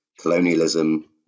colonialism